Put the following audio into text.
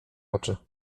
oczy